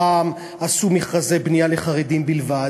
פעם עשו מכרזי בנייה לחרדים בלבד,